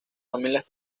familias